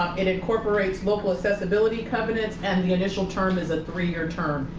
it incorporates local accessibility covenants, and the initial term is a three year term.